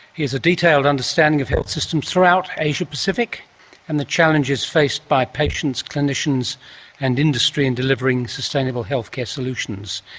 he has a detailed understanding of health systems throughout asia pacific and the challenges faced by patients, clinicians and industry in delivering sustainable healthcare solutions.